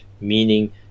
meaning